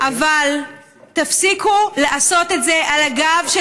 אבל תפסיקו לעשות את זה על הגב של